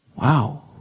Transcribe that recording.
Wow